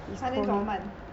!huh! then 怎么办